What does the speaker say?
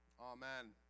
amen